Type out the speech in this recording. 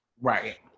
right